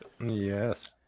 Yes